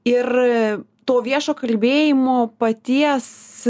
ir to viešo kalbėjimo paties